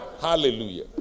hallelujah